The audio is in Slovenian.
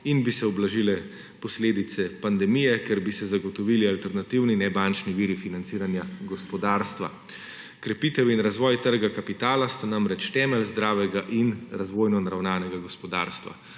in bi se ublažile posledice pandemije, ker bi se zagotovili alternativni nebančni viri financiranja gospodarstva. Krepitev in razvoj trga kapitala sta namreč temelj zdravega in razvojno naravnanega gospodarstva.